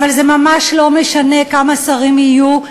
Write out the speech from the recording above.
אבל זה ממש לא משנה כמה שרים יהיו,